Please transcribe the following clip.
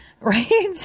Right